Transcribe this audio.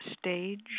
stage